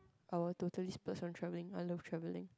I will totally splurge on travelling I love travelling